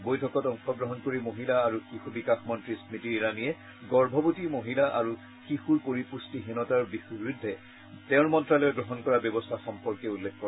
বৈঠকত অংশগ্ৰহণ কৰি মহিলা আৰু শিশু বিকাশ মন্ত্ৰী স্মিতী ইৰানীয়ে গৰ্ভৱতী মহিলা আৰু শিশুৰ পুষ্টিহীনতাৰ বিৰুদ্ধে তেওঁৰ মন্ত্যালয়ে গ্ৰহণ কৰা ব্যৱস্থা সম্পৰ্কে উল্লেখ কৰে